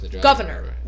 Governor